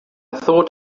thought